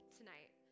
tonight